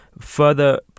further